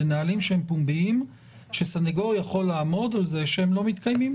אלה נהלים שהם פומביים שסנגור יכול לעמוד על זה שהם לא מתקיימים,